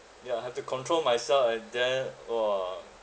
ya have to control myself and then !wah!